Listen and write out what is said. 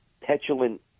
petulant